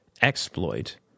exploit